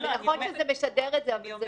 נכון שזה משדר את זה אבל זה לא --- אני